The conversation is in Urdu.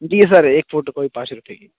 جی سر ایک فوٹو کاپی پانچ روپئے کی